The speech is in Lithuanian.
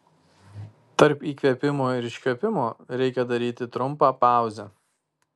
tarp įkvėpimo ir iškvėpimo reikia daryti trumpą pauzę